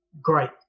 great